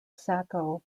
saco